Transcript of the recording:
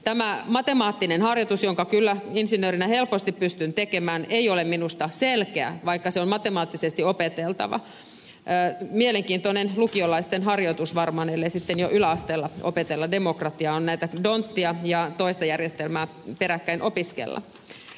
tämä matemaattinen harjoitus jonka kyllä insinöörinä helposti pystyn tekemään ei ole minusta selkeä vaikka se on matemaattisesti opeteltava mielenkiintoinen lukiolaisten harjoitus varmaan ellei sitten jo yläasteella opetella demokratiaa on dhondtia ja tätä toista järjestelmää peräkkäin opiskella